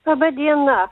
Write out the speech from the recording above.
laba diena